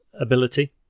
ability